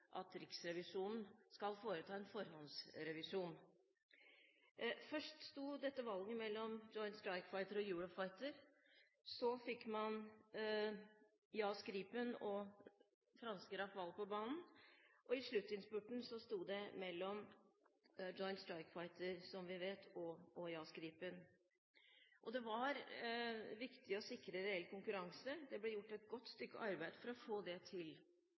at Riksrevisjonen skal foreta en forhåndsrevisjon. Først sto dette valget mellom Joint Strike Fighter og Eurofighter, så fikk man JAS Gripen og franske Rafale på banen, og i sluttinnspurten sto det mellom Joint Strike Fighter, som vi vet, og JAS Gripen. Det var viktig å sikre reell konkurranse. Det ble gjort et godt stykke arbeid for å få det til.